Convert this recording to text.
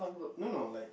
no no like